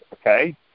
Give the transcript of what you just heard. okay